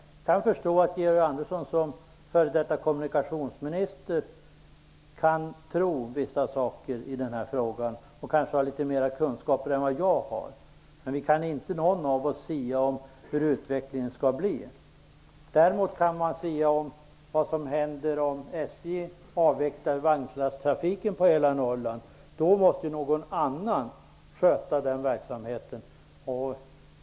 Jag kan förstå att Georg Andersson som f.d. kommunikationsminister kan tro vissa saker i denna fråga och kanske har litet mera kunskap än vad jag har, men ingen av oss kan sia om hur utvecklingen kommer att bli. Däremot kan man sia om vad som händer om SJ avvecklar sin vagnslasttrafiken i hela Norrland. Då måste någon annan sköta den verksamheten.